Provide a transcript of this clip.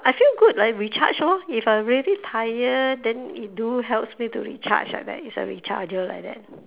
I feel good like recharge lor if I really tired then it do helps me to recharge like that it's a recharger like that